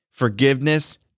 forgiveness